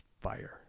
fire